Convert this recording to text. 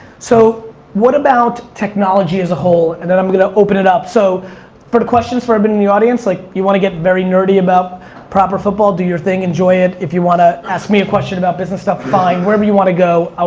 so what about technology as a whole? and then i'm gonna open it up. so for the questions for everyone but in the audience, like you wanna get very nerdy about proper football, do your thing, enjoy it. if you wanna ask me a question about business stuff, fine, wherever you wanna go,